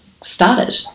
started